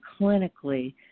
clinically